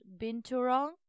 Binturong